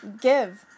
give